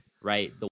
Right